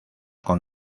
con